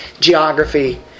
geography